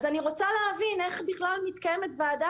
אז אני רוצה להבין איך בכלל מתקיימת ועדה